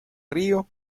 río